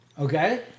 Okay